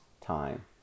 time